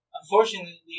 unfortunately